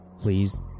please